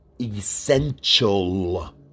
essential